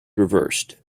reversed